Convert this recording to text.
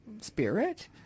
spirit